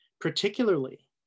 particularly